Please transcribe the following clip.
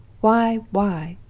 why? why?